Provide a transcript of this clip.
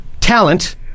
talent